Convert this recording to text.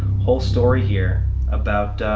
whole story here about